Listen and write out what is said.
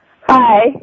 Hi